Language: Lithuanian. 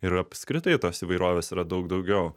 ir apskritai tos įvairovės yra daug daugiau